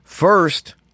First